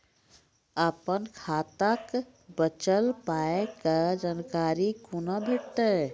अपन खाताक बचल पायक जानकारी कूना भेटतै?